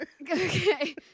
okay